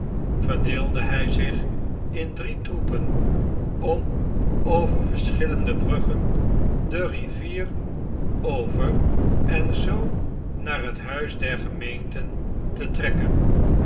verdeelde hij zich in drie troepen om over verschillende bruggen de rivier over en zoo naar het huis der gemeenten te trekken